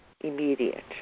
immediate